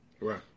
Right